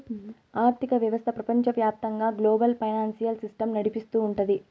ఆర్థిక వ్యవస్థ ప్రపంచవ్యాప్తంగా గ్లోబల్ ఫైనాన్సియల్ సిస్టమ్ నడిపిస్తూ ఉంటది